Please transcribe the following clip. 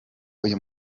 uyu